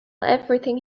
everything